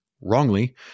wrongly